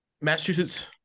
Massachusetts